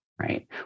right